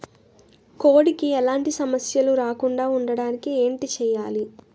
కోడి కి ఎలాంటి సమస్యలు రాకుండ ఉండడానికి ఏంటి చెయాలి?